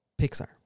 Pixar